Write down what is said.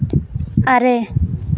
ᱟᱨᱮ